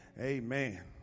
Amen